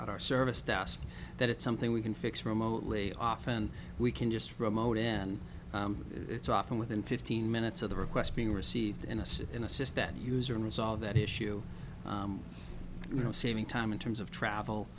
our service task that it's something we can fix remotely often we can just from our end it's often within fifteen minutes of the request being received in a sit in assist that user and resolve that issue you know saving time in terms of travel